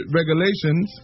regulations